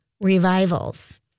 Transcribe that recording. revivals